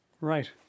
Right